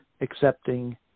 accepting